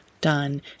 done